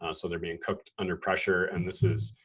ah so they're being cooked under pressure. and this is,